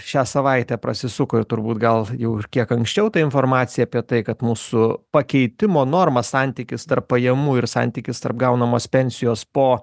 šią savaitę prasisuko ir turbūt gal jau ir kiek anksčiau ta informacija apie tai kad mūsų pakeitimo norma santykis tarp pajamų ir santykis tarp gaunamos pensijos po